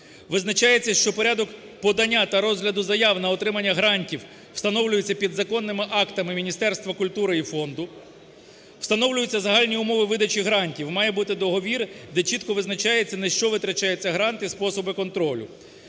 визначається, що порядок подання та розгляду заяв на отримання грантів встановлюється підзаконними актами Міністерства культури і фонду; встановлюються загальні умови видачі грантів, має бути договір, де чітко визначається, на що витрачаються гранти, способи контролю;